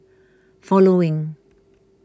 following